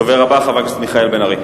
הדובר הבא הוא חבר הכנסת מיכאל בן-ארי.